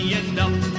enough